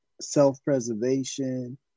self-preservation